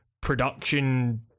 production